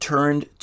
Turned